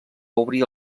obrir